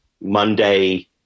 Monday